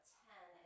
ten